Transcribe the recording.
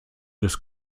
des